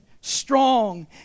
strong